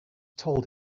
told